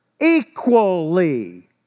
equally